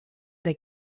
der